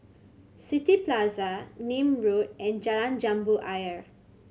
City Plaza Nim Road and Jalan Jambu Ayer